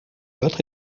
l’autre